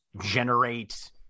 generate